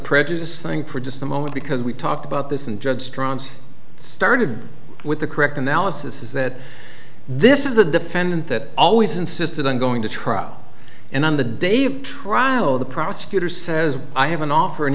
prejudice thing for just a moment because we talked about this and judge strong started with the correct analysis is that this is a defendant that always insisted on going to trial and on the day of trial the prosecutor says i have an offer and